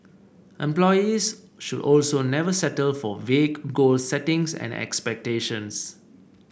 employees should also never settle for vague goal settings and expectations